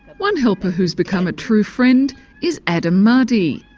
one helper who's become a true friend is adam madi,